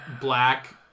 black